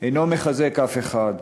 לא מחזק אף אחד,